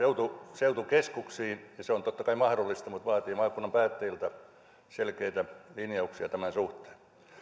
seutukeskuksiin se on totta kai mahdollista mutta vaatii maakunnan päättäjiltä selkeitä linjauksia tämän suhteen